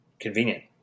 convenient